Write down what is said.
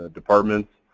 departments.